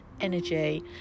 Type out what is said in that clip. energy